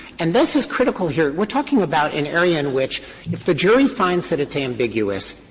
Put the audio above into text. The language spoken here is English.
and this is critical here. we're talking about an area in which if the jury finds that it's ambiguous,